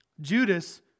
Judas